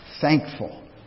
Thankful